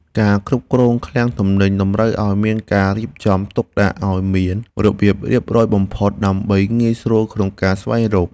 ការគ្រប់គ្រងឃ្លាំងទំនិញតម្រូវឱ្យមានការរៀបចំទុកដាក់ឱ្យមានរបៀបរៀបរយបំផុតដើម្បីងាយស្រួលក្នុងការស្វែងរក។